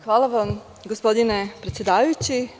Hvala vam gospodine predsedavajući.